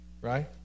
right